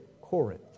Corinth